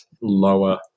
lower